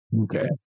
Okay